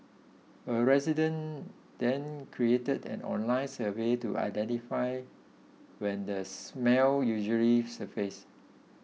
a resident then created an online survey to identify when the smell usually surfaces